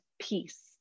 peace